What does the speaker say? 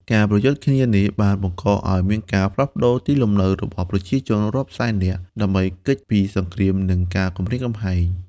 ការប្រយុទ្ធគ្នានេះបានបង្កឱ្យមានការផ្លាស់ទីលំនៅរបស់ប្រជាជនរាប់សែននាក់ ដើម្បីគេចពីសង្គ្រាម និងការគំរាមកំហែង។